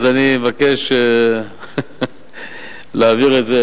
אני אבקש להעביר את זה,